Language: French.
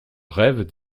rêves